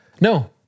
No